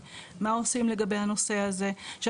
עכשיו,